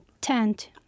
tent